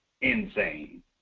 insane